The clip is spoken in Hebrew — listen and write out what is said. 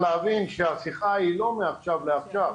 שהשיחה היא לא מעכשיו לעכשיו.